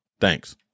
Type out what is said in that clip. Thanks